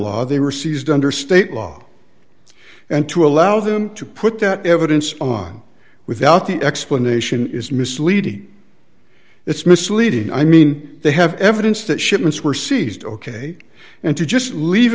law they were seized under state law and to allow them to put that evidence on without the explanation is misleading it's misleading i mean they have evidence that shipments were seized ok and to just leave